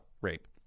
rape